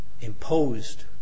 imposed